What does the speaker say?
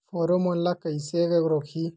Pheromone ला कइसे रोकही?